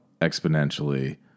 exponentially